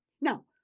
Now